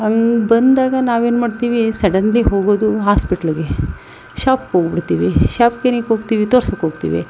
ಹಾಗ್ ಬಂದಾಗ ನಾವೇನು ಮಾಡ್ತೀವಿ ಸಡನ್ಲಿ ಹೋಗೋದು ಆಸ್ಪೆಟ್ಲಿಗೆ ಶಾಪಿಗೆ ಹೋಗ್ಬಿಡ್ತೀವಿ ಶಾಪಿಗೆ ಏನಕ್ಕೋಗ್ತೀವಿ ತೋರ್ಸೋಕೋಗ್ತೀವಿ